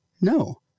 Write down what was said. No